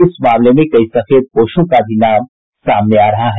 इस मामले में कई सफेदपोशों का भी नाम सामने आ रहा है